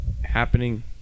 happening